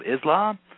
Islam